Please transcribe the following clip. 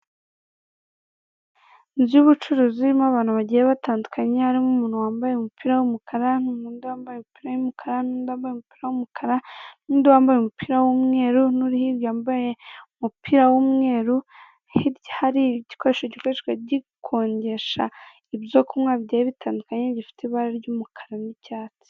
Inzu y'ubucuruzi irimo abantu bagiye batandukanye harimo; umuntu wambaye umupira w'umukara, n'undi wampaye nundi wambaye umupira w'umweru n'undi uri hirya wambaye umupira w'umweru hirya hari igikoresho gikonjesha ibyo kunywa bigiye bitandukanye bifite ibara ry'umukara n'icyatsi.